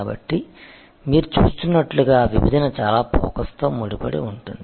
కాబట్టి మీరు చూస్తున్నట్లుగా విభజన చాలా ఫోకస్తో ముడిపడి ఉంటుంది